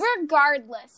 Regardless